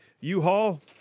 U-Haul